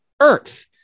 earth